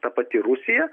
ta pati rusija